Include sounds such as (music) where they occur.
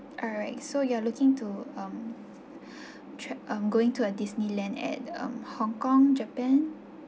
alright so you are looking to um (breath) tra~ um going to a disneyland at um hong kong japan